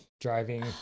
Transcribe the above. driving